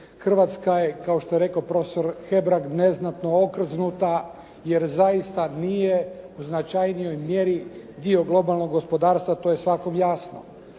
Hrvatska je, kao što je rekao prof. Hebrang, neznatno okrznuta jer zaista nije u značajnijoj mjeri dio globalnog gospodarstva. To je svakom jasno.